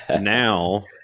Now